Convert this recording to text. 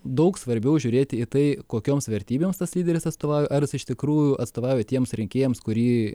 daug svarbiau žiūrėti į tai kokioms vertybėms tas lyderis atstovauja ar jis iš tikrųjų atstovauja tiems rinkėjams kurį